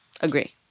Agree